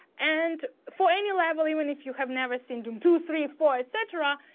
and for any level, even if you have never seen doom two, three, four, etc,